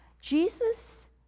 Jesus